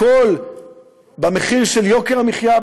הכול במחיר, יוקר המחיה.